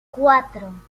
cuatro